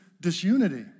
disunity